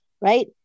right